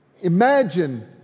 Imagine